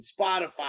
Spotify